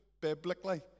biblically